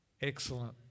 Excellent